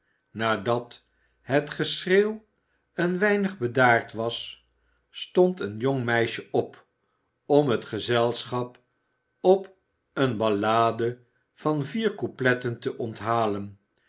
nadat het geschreeuw een weinig bedaard was stond een jong meisje op om het gezelschap op eene ballade van vier coupletten te onthalen